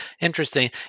Interesting